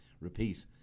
repeat